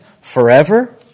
forever